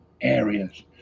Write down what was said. areas